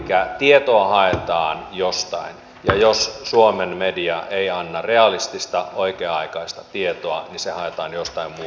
elikkä tietoa haetaan jostain ja jos suomen media ei anna realistista oikea aikaista tietoa niin se haetaan jostain muualta